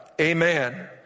Amen